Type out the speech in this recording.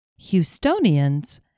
Houstonians